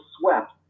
swept